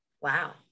Wow